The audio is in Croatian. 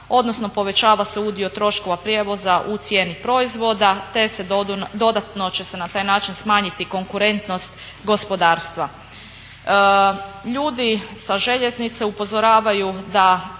odnosno povećava se udio troškova prijevoza u cijeni proizvoda te će se dodatno na taj način smanjiti konkurentnost gospodarstva. Ljudi sa željeznice upozoravaju da